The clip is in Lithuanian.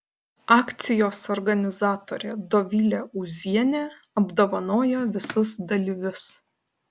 akcijos organizatorė dovilė ūzienė apdovanojo visus dalyvius